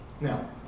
Now